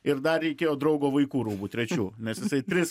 ir dar reikėjo draugo vaikų rūbų trečių nes jisai tris